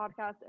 podcast